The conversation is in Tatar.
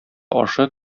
ашы